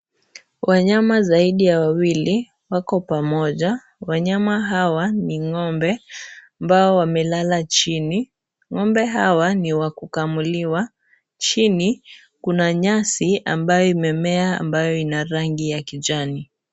Wanyama zaidi ya wawili wako pamoja, wanyama hawa ni ngombe ambao wamelala chini, ngombe hawa ni wa kukamuliwa, chini kuna nyasi ambayo imemea ambayo ina rangi ya kijani.